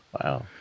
wow